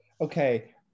Okay